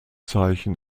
zeichen